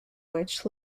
which